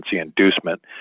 inducement